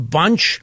bunch